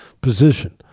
position